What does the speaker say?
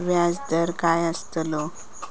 व्याज दर काय आस्तलो?